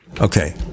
Okay